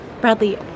Bradley